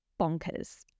bonkers